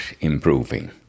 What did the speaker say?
improving